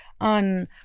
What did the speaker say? on